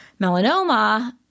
melanoma